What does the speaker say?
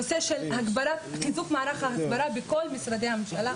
הנושא של הגברה וחיזוק מערך ההסברה בכל משרדי הממשלה,